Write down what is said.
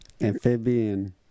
Amphibian